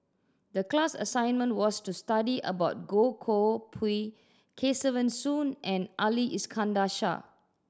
the class assignment was to study about Goh Koh Pui Kesavan Soon and Ali Iskandar Shah